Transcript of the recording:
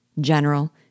General